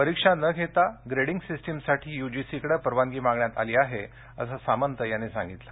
परीक्षा न घेता ग्रेडिंग सिस्टीमसाठी युजीसीकडे परवानगी मागण्यात आली आहे असं सामंत यांनी सांगितलं